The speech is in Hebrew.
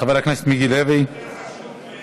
חבר הכנסת מיקי לוי, עד